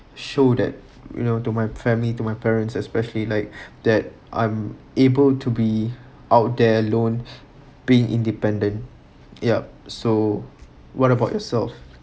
show that you know to my family to my parents especially like that I'm able to be out there alone being independent yup so what about yourself